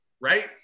Right